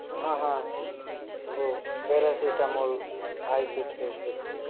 हाँ हाँ वो paracetamol I P three six